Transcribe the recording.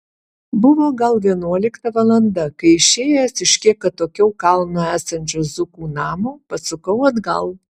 buvo gal vienuolikta valanda kai išėjęs iš kiek atokiau kalno esančio zukų namo pasukau atgal